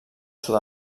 sud